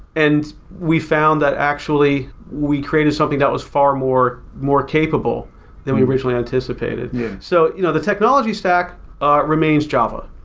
and we found that actually, we created something that was far more more capable than we originally anticipated yeah so you know the technology stack remains java,